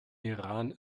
iran